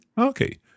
Okay